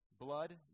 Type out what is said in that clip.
blood